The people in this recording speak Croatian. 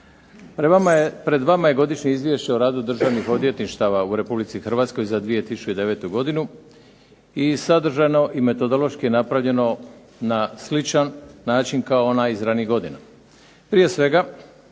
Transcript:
Pred vama je godišnje izvješće o radu državnih odvjetništava u Republici Hrvatskoj za 2009. godinu i sadržano i metodološki napravljeno na sličan način kao onaj iz ranijih godina. Prije svega